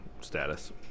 status